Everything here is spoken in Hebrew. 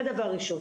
זה דבר ראשון.